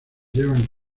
llevan